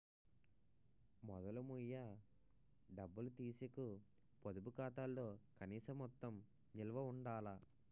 మొదలు మొయ్య డబ్బులు తీసీకు పొదుపు ఖాతాలో కనీస మొత్తం నిలవ ఉండాల